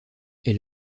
est